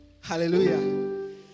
Hallelujah